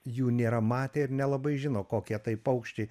jų nėra matę ir nelabai žino kokie tai paukščiai